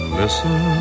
listen